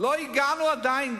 לא הגענו עדיין,